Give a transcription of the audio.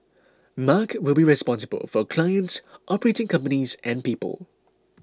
mark will be responsible for clients operating companies and people